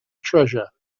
treasure